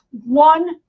one